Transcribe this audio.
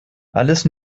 alles